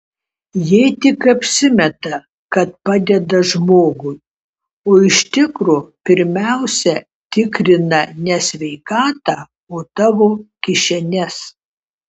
jie tik apsimeta kad padeda žmogui o iš tikro pirmiausia tikrina ne sveikatą o tavo kišenes